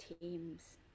Teams